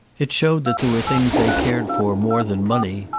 it showed that there were things they cared for more than money.